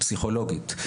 פסיכולוגית,